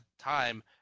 time